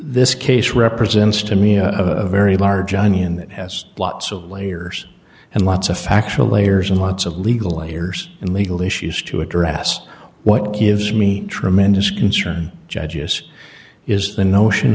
this case represents to me a very large onion that has lots of layers and lots of factual layers and lots of legal errors and legal issues to address what gives me tremendous concern judges is the notion